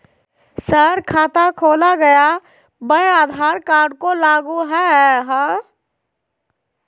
Sir खाता खोला गया मैं आधार कार्ड को लागू है हां?